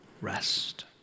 rest